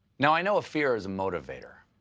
now, i know fear is a motivator.